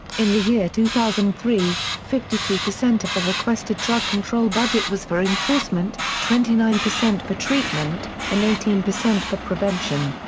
in the year two thousand and three, fifty three percent of the requested drug control budget was for enforcement, twenty nine percent for treatment, and eighteen percent for prevention.